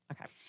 Okay